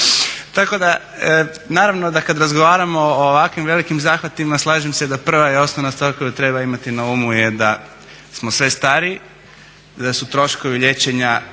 Tako da naravno da kad razgovaramo o ovakvim velikim zahvatima slažem se da prva i osnovna stvar koju treba imati na umu je da smo sve stariji, da su troškovi liječenja